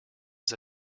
his